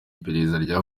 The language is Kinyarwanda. iperereza